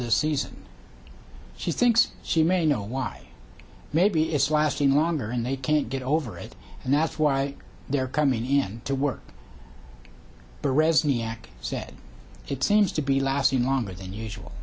this season she thinks she may know why maybe it's lasting longer and they can't get over it and that's why they're coming in to work the resnick said it seems to be lasting longer than usual